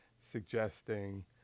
suggesting